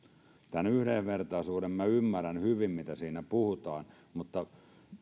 tämän yhdenvertaisuuden minä ymmärrän hyvin mistä siinä puhutaan mutta